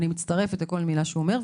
אני מצטרפת לכל מילה שהוא אומר,